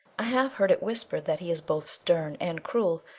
i have heard it whispered that he is both stern and cruel,